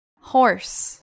horse